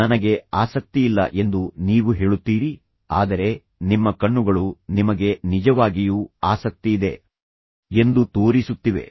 ನನಗೆ ಆಸಕ್ತಿಯಿಲ್ಲ ಎಂದು ನೀವು ಹೇಳುತ್ತೀರಿ ಆದರೆ ನಿಮ್ಮ ಕಣ್ಣುಗಳು ನಿಮಗೆ ನಿಜವಾಗಿಯೂ ಆಸಕ್ತಿಯಿದೆ ಎಂದು ತೋರಿಸುತ್ತಿವೆ